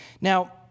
Now